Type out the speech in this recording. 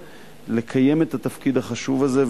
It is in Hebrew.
לקיים את התפקיד החשוב הזה,